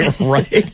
right